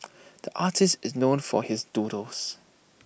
the artist is known for his doodles